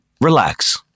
relax